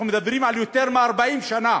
אנחנו מדברים על יותר מ-40 שנה